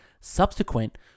subsequent